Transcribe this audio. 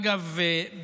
אגב,